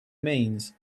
means